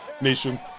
Nation